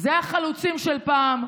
זה החלוצים של פעם.